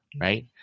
right